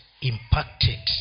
impacted